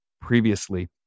previously